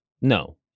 No